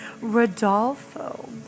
Rodolfo